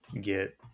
get